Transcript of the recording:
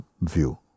view